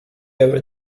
over